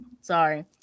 Sorry